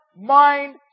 mind